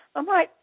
i'm like,